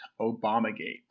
Obamagate